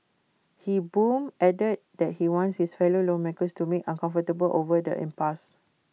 he boomed adding that he wants his fellow lawmakers to make uncomfortable over the impasse